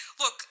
Look